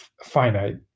finite